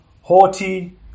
haughty